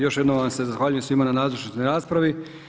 Još jednom vam se zahvaljujem svima na nazočnosti na raspravi.